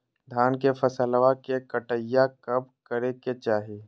धान के फसलवा के कटाईया कब करे के चाही?